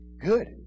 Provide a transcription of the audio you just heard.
Good